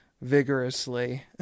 vigorously